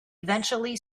eventually